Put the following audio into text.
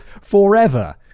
forever